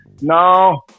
No